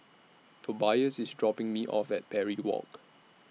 Tobias IS dropping Me off At Parry Walk